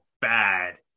bad